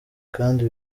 kandi